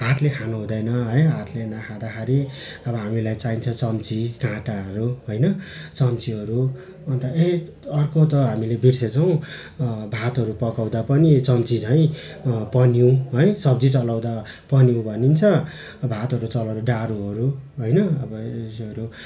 हातले खानुहुँदैन है हातले नखाँदाखेरि अब हामीलाई चाहिन्छ चम्ची काँटाहरू होइन चम्चीहरू अन्त ए अर्को त हामीले बिर्सेछौँ भातहरू पकाउँदा पनि चम्ची झैँ पन्यू है सब्जी चलाउँदा पन्यू भनिन्छ भातहरू चलाउँदा डाढुहरू होइन अब उयसहरू